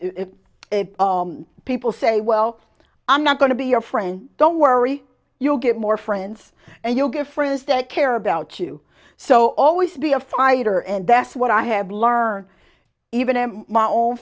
f people say well i'm not going to be your friend don't worry you'll get more friends and you'll get friends that care about you so always be a fighter and that's what i have learned even m my own